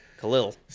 Khalil